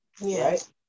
Yes